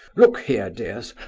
look here, dears,